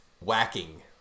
Whacking